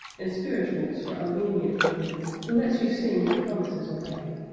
and spirituals for a lenient lord, who lets you sing your promises away.